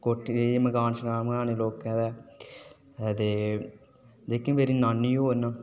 कोठी मकान शकान बनाने लोकें दे ते जेह्के मेरी नानी होर न